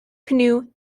canoe